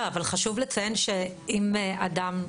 אבל חשוב לציין שאם אדם,